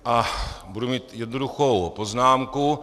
A budu mít jednoduchou poznámku.